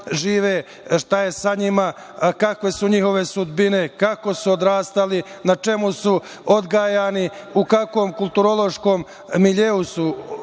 šta je sa njima, kakve su njihove sudbine, kako su odrastali, na čemu su odgajani, u kakvom kulturološkom miljeu su živeli